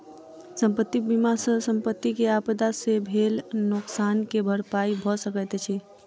संपत्ति बीमा सॅ संपत्ति के आपदा से भेल नोकसान के भरपाई भअ सकैत अछि